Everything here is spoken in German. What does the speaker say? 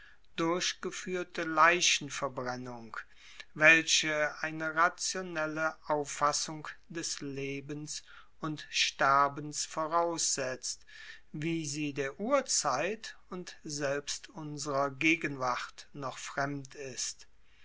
durchgefuehrte leichenverbrennung welche eine rationelle auffassung des lebens und sterbens voraussetzt wie sie der urzeit und selbst unserer gegenwart noch fremd ist